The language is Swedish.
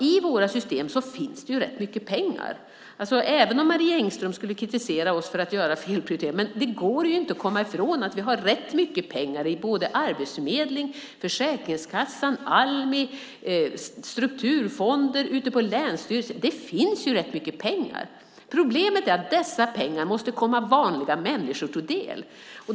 I våra system finns det rätt mycket pengar. Även om Marie Engström skulle kritisera oss för att göra felprioriteringar går det inte att komma ifrån att vi har rätt mycket pengar i Arbetsförmedlingen, Försäkringskassan, Almi, strukturfonder och ute på länsstyrelser. Det finns ju rätt mycket pengar. Problemet är att dessa pengar måste komma vanliga människor till del.